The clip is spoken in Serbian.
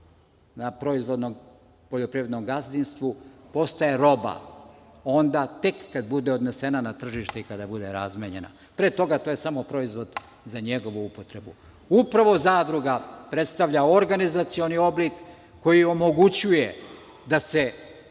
na proizvodnom poljoprivrednom gazdinstvu postaje roba tek onda kada bude odnesena na tržište i kada bude razmenjena. Pre toga to je samo proizvod za njegovu upotrebu. Upravo zadruga predstavlja organizacioni oblik koji omogućuje da se